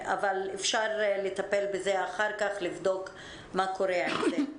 אפשר לטפל בזה אחר כך, לבדוק מה קורה עם זה.